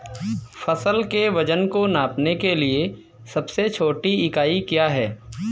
फसल के वजन को नापने के लिए सबसे छोटी इकाई क्या है?